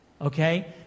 Okay